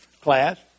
class